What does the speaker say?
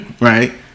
right